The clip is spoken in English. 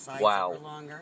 Wow